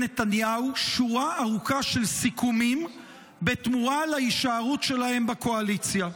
נתניהו שורה ארוכה של סיכומים בתמורה להישארות שלהם בקואליציה.